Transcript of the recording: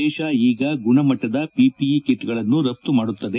ದೇಶ ಈಗ ಗುಣಮಟ್ಟದ ಪಿಪಿಇ ಕಿಟ್ಗಳನ್ನು ರಫ್ತು ಮಾಡುತ್ತದೆ